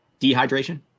dehydration